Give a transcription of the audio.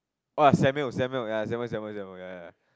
ah Samuel Samuel ya Samuel Samuel Samuel ya ya ya